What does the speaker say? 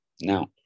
Now